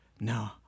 no